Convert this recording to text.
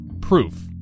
proof